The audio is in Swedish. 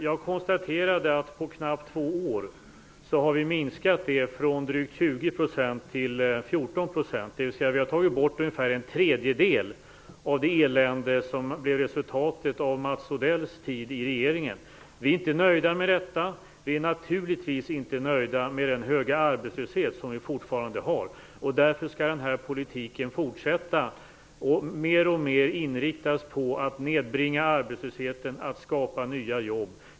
Jag konstaterade att vi på knappt två år har minskat eländesindex från drygt 20 % till 14 %, dvs. vi har tagit bort ungefär en tredjedel av det elände som blev resultatet av Mats Odells tid i regeringen. Vi är inte nöjda med detta. Vi är naturligtvis inte nöjda med den höga arbetslöshet som vi fortfarande har, och därför skall den här politiken fortsätta och mer och mer inriktas på att nedbringa arbetslösheten, att skapa nya jobb.